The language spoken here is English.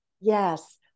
yes